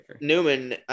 Newman